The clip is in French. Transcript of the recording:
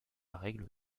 règle